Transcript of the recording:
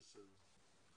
בסדר.